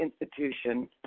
institution